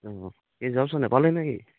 অঁ অঁ এই যােৱা বছৰ নেপালে নেকি